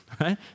right